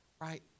right